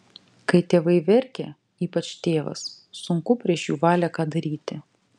kai tėvai verkia ypač tėvas sunku prieš jų valią ką daryti